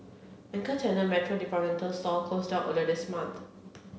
anchor tenant Metro department store closed down earlier this month